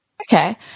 Okay